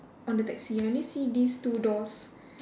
on the taxi I only see these two doors